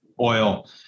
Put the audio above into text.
oil